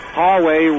hallway